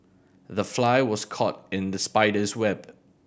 the fly was caught in the spider's web